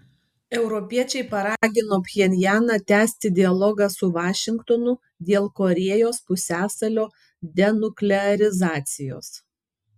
europiečiai paragino pchenjaną tęsti dialogą su vašingtonu dėl korėjos pusiasalio denuklearizacijos